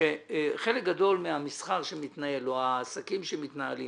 שחלק גדול מהמסחר שמתנהל או העסקים שמתנהלים